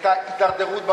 את ההידרדרות.